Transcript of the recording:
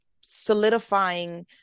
solidifying